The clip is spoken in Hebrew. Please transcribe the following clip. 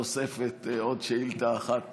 בתוספת עוד שאילתה אחת